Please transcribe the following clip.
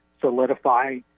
solidify